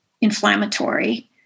inflammatory